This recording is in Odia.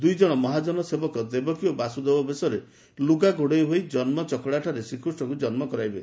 ଦୁଇକଶ ମହାଜନ ସେବକ ଦେବକୀ ଓ ବସୁଦେବ ବେଶରେ ଲୁଗା ଘୋଡ଼ାଇ ହୋଇ ଜନ୍ମଚକଡ଼ାଠାରେ ଶ୍ରୀକୃଷ୍ଷଙ୍କୁ ଜନ୍କ କରାଇବେ